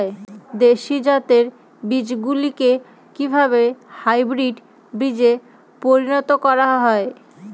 দেশি জাতের বীজগুলিকে কিভাবে হাইব্রিড বীজে পরিণত করা হয়?